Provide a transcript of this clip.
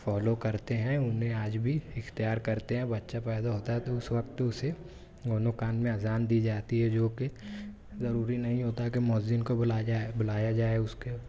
follow کرتے ہیں انہیں آج بھی اختیار کرتے ہیں بچہ پیدا ہوتا ہے تو اس وقت اسے دونوں کان میں اذان دی جاتی ہے جو کہ ضروری نہیں ہوتا ہے کہ مؤذن کو بلایا جائے بلایا جائے اس کے